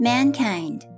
Mankind